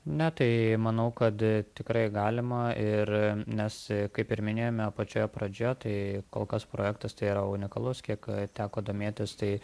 ne tai manau kad tikrai galima ir nes kaip ir minėjome pačioje pradžioje tai kol kas projektas tai yra unikalus kiek teko domėtis tai